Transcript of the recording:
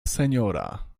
seniora